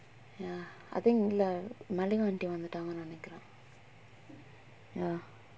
ya I think உள்ள:ulla mallika aunty வந்துடாங்கனு நெனைக்குறேன்:vanthuttaanganu nenaikkuraenya